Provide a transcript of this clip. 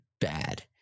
bad